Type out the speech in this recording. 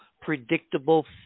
predictable